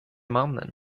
mannen